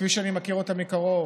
כפי שאני מכיר אותה מקרוב,